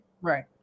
Right